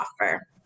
offer